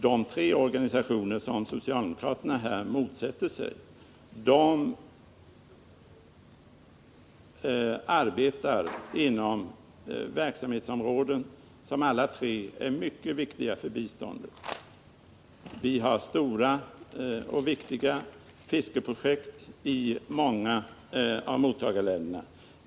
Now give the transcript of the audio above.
De tre organisationer som socialdemokraterna i dag motsätter sig skall få bidrag arbetar inom områden som är mycket viktiga för biståndsverksamheten. Vi har stora och viktiga fiskeprojekt i många av mottagarländerna.